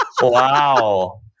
Wow